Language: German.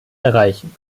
erreichen